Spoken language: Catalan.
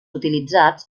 utilitzats